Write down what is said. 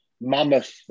mammoth